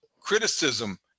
criticism